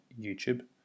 YouTube